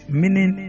meaning